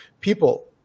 people